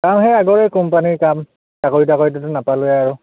কাম সেই আগৰে কোম্পানীৰ কাম চাকৰি তাকৰিটোতো নাপালোঁৱে আৰু